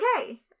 Okay